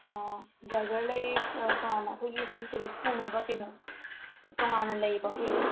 driver ꯂꯩ ꯇꯣꯉꯥꯟꯅ ꯑꯩꯈꯣꯏꯒꯤ ꯁꯨꯝ ꯇꯨꯔꯤꯁ ꯄꯨꯅꯕ ꯀꯩꯅꯣ ꯇꯣꯉꯥꯟꯅ ꯂꯩꯌꯦꯕ ꯑꯩꯈꯣꯏꯒꯤ